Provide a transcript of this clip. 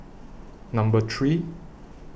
Number three